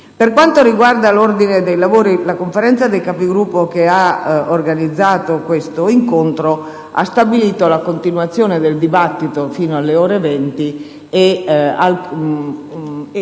Per quanto riguarda l'ordine dei lavori, la Conferenza dei Capigruppo, che ha definito le modalità di questa seduta, ha stabilito la continuazione del dibattito fino alle ore 20 e